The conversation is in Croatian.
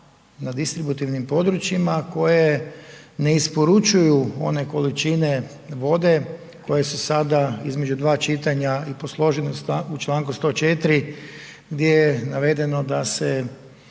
na distributivnim područjima koje ne isporučuju one količine vode koje su sada između dva čitanja i posložene u Članku 104. gdje je navedeno da se